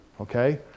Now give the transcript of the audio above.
okay